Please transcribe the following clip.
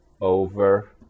over